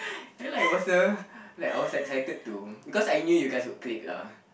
like was a I was excited too because I knew you guys would click lah